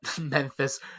Memphis